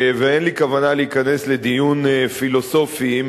ואין לי כוונה להיכנס לדיון פילוסופי עם